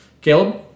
Caleb